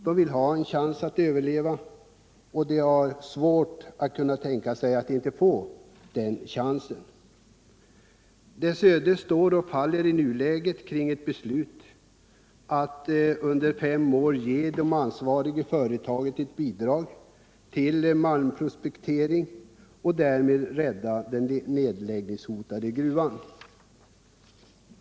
De vill ha chansen att överleva, och de har svårt att tänka sig att inte få den chansen. Riddarhyttans öde står och faller i nuläget med ett beslut att under fem år ge det ansvariga företaget ett bidrag till malmprospektering och därmed rädda den nedläggningshotade gruvan.